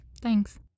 thanks